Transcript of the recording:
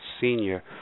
senior